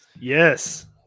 Yes